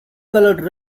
colored